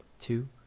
two